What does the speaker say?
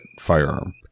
firearm